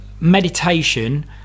meditation